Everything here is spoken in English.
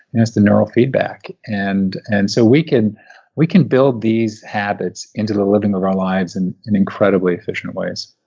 that's the neurofeedback. and and so we can we can build these habits into the living of our lives and in incredibly efficient ways.